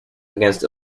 against